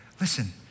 Listen